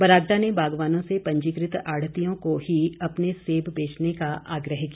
बरागटा ने बागवानों से पंजीकृत आढ़तियों को ही अपने सेब बेचने का आग्रह किया